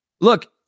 look